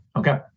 Okay